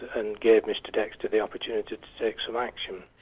and gave mr dexter the opportunity to take some action.